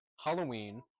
Halloween